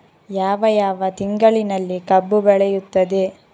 ಯಾವ ಯಾವ ತಿಂಗಳಿನಲ್ಲಿ ಕಬ್ಬು ಬೆಳೆಯುತ್ತದೆ?